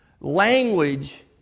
language